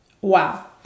Wow